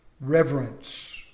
reverence